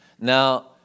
Now